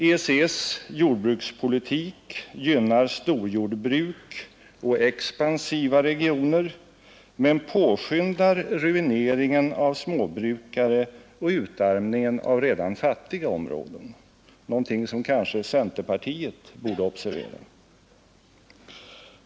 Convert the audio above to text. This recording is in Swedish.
EEC:s jordbrukspolitik gynnar storjordbruk och expansiva regioner men påskyndar ruineringen av småbrukare och utarmningen av redan fattiga områden — någonting som kanske centerpartiet borde observera.